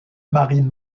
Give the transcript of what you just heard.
marine